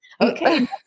Okay